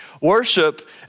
Worship